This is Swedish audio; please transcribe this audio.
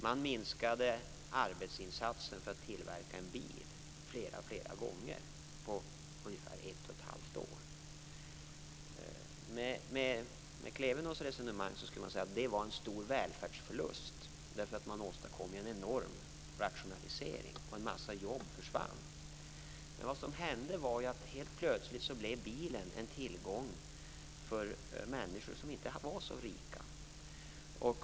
Man minskade arbetsinsatsen flera gånger under en tid av ett och ett halvt år för att tillverka en bil. Med Klevenås resonemang skulle det innebära att det var en stor välfärdsförlust eftersom man åstadkom en enorm rationalisering och en massa jobb försvann. Helt plötsligt blev bilen en tillgång för människor som inte var så rika.